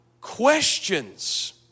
questions